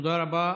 תודה רבה.